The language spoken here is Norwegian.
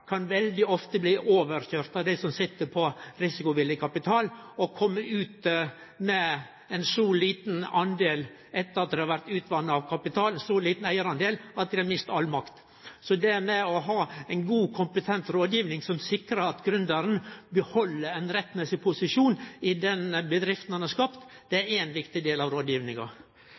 kan veldig ofte bli overkøyrd av dei som sit på risikovillig kapital, og kome ut med ein så liten eigardel, etter at denne har vorte utvatna av kapital, at han har mista all makt. Det med å ha ei god, kompetent rådgiving som sikrar at gründeren beheld ein rettmessig posisjon i bedrifta han har skapt, er ein viktig del av rådgivinga.